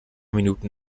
minuten